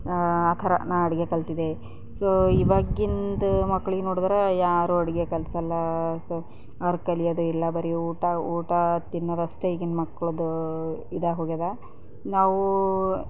ಆ ಥರ ನಾ ಅಡುಗೆ ಕಲಿತಿದ್ದೆ ಸೊ ಇವಾಗಿಂದು ಮಕ್ಳಿಗೆ ನೋಡಿದ್ರೆ ಯಾರು ಅಡುಗೆ ಕಲಿಸಲ್ಲ ಸೊ ಅವ್ರು ಕಲಿಯೋದು ಇಲ್ಲ ಬರೀ ಊಟ ಊಟ ತಿನ್ನೋದಷ್ಟೇ ಈಗೀನ ಮಕ್ಕಳದ್ದು ಇದಾಗೋಗ್ಯದಾ ನಾವು